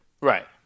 Right